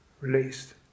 released